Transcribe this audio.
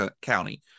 county